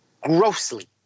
Grossly